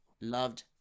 loved